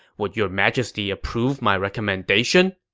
would your majesty approve my recommendation?